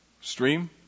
Stream